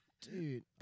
Dude